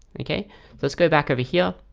okay let's go back over here.